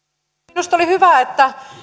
minusta oli hyvä että